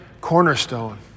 cornerstone